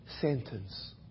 sentence